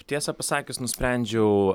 tiesą pasakius nusprendžiau